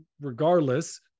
Regardless